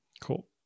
Cool